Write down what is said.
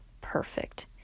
perfect